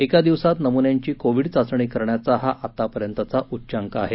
एका दिवसांत नमून्यांची कोविड चाचणी करण्याचा हा आतापर्यंतचा उच्चांक आहे